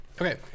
Okay